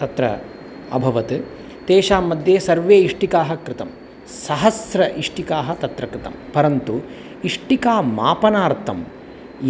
तत्र अभवत् तेषां मध्ये सर्वे इष्टिकाः कृतं सहस्रइष्टिकाः तत्र कृतं परन्तु इष्टिकामापनार्थम्